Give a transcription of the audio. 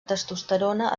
testosterona